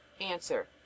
Answer